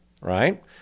right